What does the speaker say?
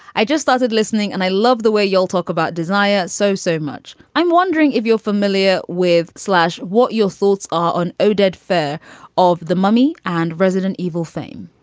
i just started listening and i love the way you'll talk about desire. so, so much. i'm wondering if you're familiar with slash. what are your thoughts on oded fehr of the mummy and resident evil thing?